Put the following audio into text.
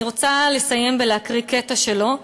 אני רוצה לסיים בקריאת קטע שלו,